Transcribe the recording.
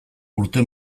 urte